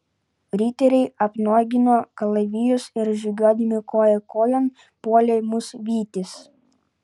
riteriai apnuogino kalavijus ir žygiuodami koja kojon puolė mus vytis